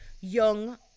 young